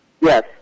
Yes